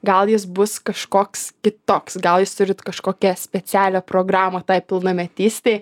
gal jis bus kažkoks kitoks gal jūs turit kažkokią specialią programą tai pilnametystei